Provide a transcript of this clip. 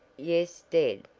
yes, dead.